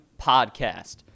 Podcast